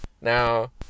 Now